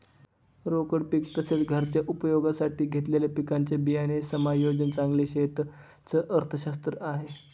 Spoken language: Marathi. रोकड पीक तसेच, घरच्या उपयोगासाठी घेतलेल्या पिकांचे बियाणे समायोजन चांगली शेती च अर्थशास्त्र आहे